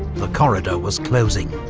the corridor was closing.